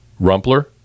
Rumpler